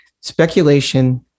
speculation